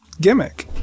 gimmick